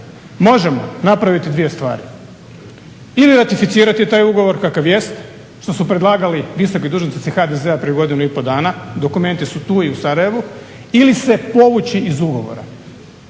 možemo napraviti dvije stvari, ili ratificirati taj ugovor kakav jest, što su predlagali visoki dužnosnici HDZ-a prije godinu i pol dana, dokumenti su tu i u Sarajevu, ili se povući iz ugovora